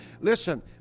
Listen